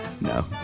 no